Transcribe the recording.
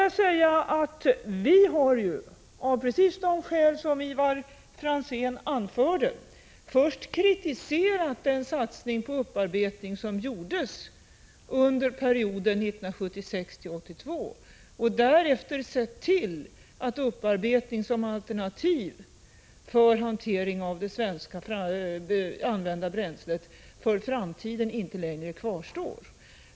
Av precis de skäl som Ivar Franzén anförde har vi först kritiserat den satsning på upparbetning som gjordes under perioden 1976—1982, och därefter har vi sett till att upparbetning som alternativ för hantering av det svenska använda bränslet för framtiden inte längre kvarstår.